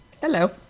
Hello